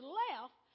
left